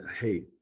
hey